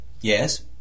Yes